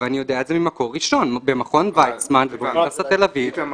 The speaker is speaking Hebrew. איננו מיועד לשדר כלפי בני האדם ולתת להם